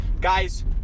Guys